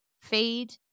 feed